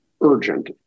urgent